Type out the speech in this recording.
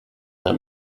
that